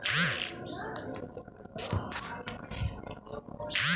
व्यक्तिगत खाता व्यक्ति विशेष सं संबंधित खाता होइ छै